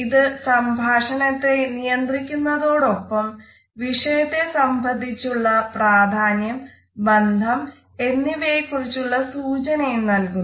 ഇത് സംഭാഷണത്തേ നിയന്ത്രിക്കുന്നതൊടൊപ്പം വിഷയത്തെ സംബന്ധിച്ചുള്ള പ്രാധാന്യം ബന്ധം എന്നിവയെ കുറിച്ചുള്ള സൂചനയും നൽകുന്നു